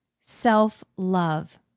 self-love